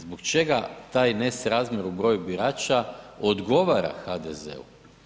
Zbog čega taj nesrazmjer u broju birača odgovara HDZ-u?